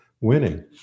winning